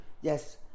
Yes